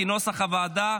כנוסח הוועדה,